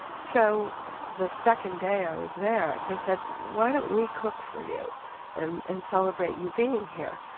so the second day i was there they said, why don't we cook for you and and celebrate you being here?